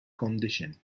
condition